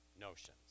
notions